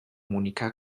monika